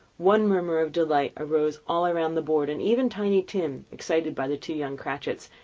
one murmur of delight arose all round the board, and even tiny tim, excited by the two young cratchits,